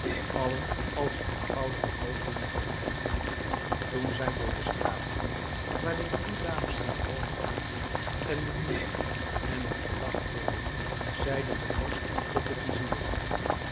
allen als eenvoudige kooplieden verkleed toen zij door de straat gingen waar de drie dames hare woning hadden en de muzijk en het gelach hoorden zeide de vorst tot den vizier